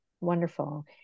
Wonderful